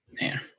Man